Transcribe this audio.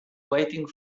waiting